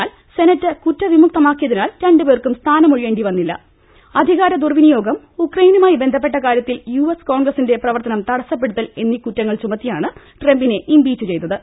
എന്നാൽ സെനറ്റ് കുറ്റ വിമുക്തരാക്കിയതിനാൽ രണ്ടുപേർക്കും സ്ഥാനമൊഴിയേണ്ടി വന്നി ല്ല അധികാര ദുർവിനിയോഗം ഉക്രൈയിനുമായി ബന്ധപ്പെട്ട കാര്യ ത്തിൽ യുഎസ് കോൺഗ്രസിന്റെ പ്രവർത്തനം തടസ്സപ്പെടുത്തൽ എന്നീ കുറ്റങ്ങൾ ചുമത്തിയാണ് ട്രംപിനെ ഇംപീച്ച് ചെയ്തത്